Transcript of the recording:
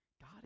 God